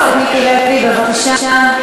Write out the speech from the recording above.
חבר הכנסת מיקי לוי, בבקשה.